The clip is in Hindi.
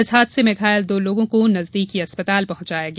इस हादसे में घायल दो लोगों को नजदीकी अस्पताल पहुंचाया गया